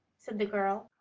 said the girl.